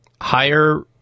higher